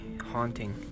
haunting